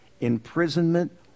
imprisonment